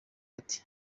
ati